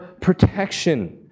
protection